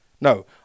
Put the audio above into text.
No